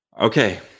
Okay